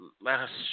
last